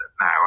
now